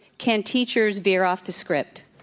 can teachers veer off the script?